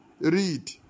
Read